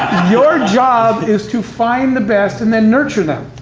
your job is to find the best, and then nurture them.